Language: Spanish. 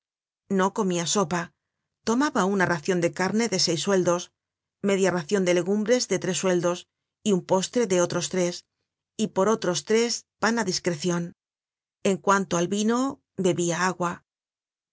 no comia sopa tomaba una racion de carne de seis sueldos media racion de legumbres de tres sueldos y un postre de otros tres y por otros tres pan á discrecion en cuanto al vino bebia agua